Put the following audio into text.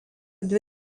dvi